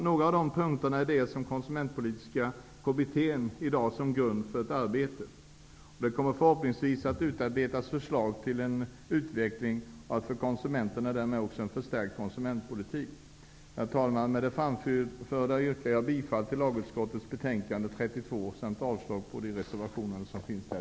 Några av dessa punkter har den konsumentpolitiska kommittén som grund för sitt arbete. Kommittén kommer förhoppningsvis att utarbeta förslag till en utvecklande och för konsumenten förstärkt konsumentpolitik. Herr talman! Med det anförda yrkar jag bifall till lagutskottets hemställan i betänkande nr 32 samt avslag på samtliga reservationer.